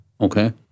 okay